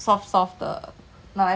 souffle tastes like eh